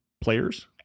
players